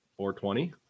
420